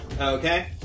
Okay